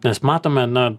nes matome na